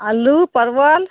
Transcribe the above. अल्लू परवल